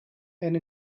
and